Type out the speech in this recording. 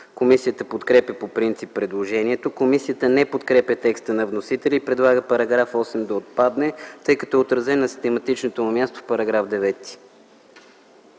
Комисията подкрепя по принцип предложението. Комисията не подкрепя текста на вносителя и предлага § 8 да отпадне, тъй като е отразен на систематичното му място в § 9.